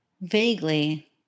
Vaguely